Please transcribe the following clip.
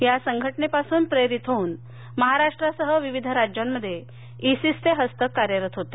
या संघटनेपासून प्रेरित होऊन महाराष्ट्रासह विविध राज्यांमध्ये इसिसचे हस्तक कार्यरत होते